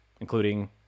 including